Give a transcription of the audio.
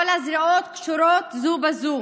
כל הזרועות קשורות זו בזו,